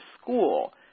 school